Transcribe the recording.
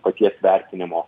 paties vertinimo